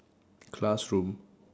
classroom